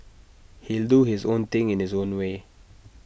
he'll do his own thing in his own way